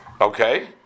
okay